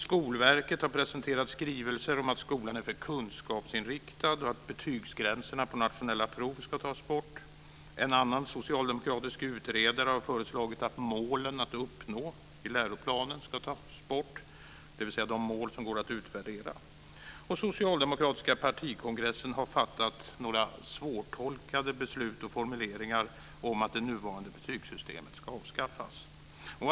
Skolverket har presenterat skrivelser om att skolan är för kunskapsinriktad och att betygsgränserna på de nationella proven ska tas bort. En annan socialdemokratisk utredare har föreslagit att målen i läroplanen ska tas bort, dvs. de mål som ska uppnås och som går att utvärdera. Den socialdemokratiska partikongressen har fattat några svårtolkade beslut om att det nuvarande betygssystemet ska avskaffas.